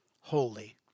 holy